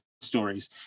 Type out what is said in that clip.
stories